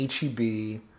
HEB